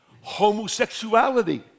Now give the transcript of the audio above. homosexuality